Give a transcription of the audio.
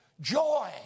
joy